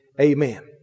Amen